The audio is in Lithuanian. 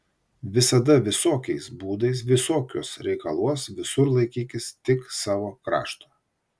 visada visokiais būdais visokiuos reikaluos visur laikykis tik savo krašto